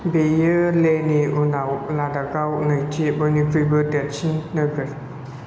बेयो लेहनि उनाव लदाखआव नैथि बयनिख्रुयबो देरसिन नोगोर